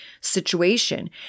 situation